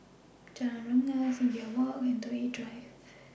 Jalan Rengas Imbiah Walk and Toh Yi Drive